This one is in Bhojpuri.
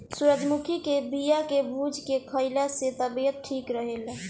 सूरजमुखी के बिया के भूंज के खाइला से तबियत ठीक रहेला